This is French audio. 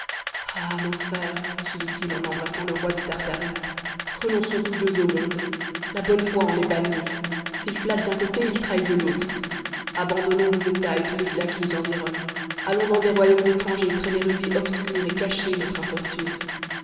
ah mon frère poursuivit-il en embrassant le roi de tartarie renonçons tous deux au monde la bonne foi en est bannie s'il flatte d'un côté il trahit de l'autre abandonnons nos états et tout l'éclat qui nous environne allons dans des royaumes étrangers traîner une vie obscure et cacher notre infortune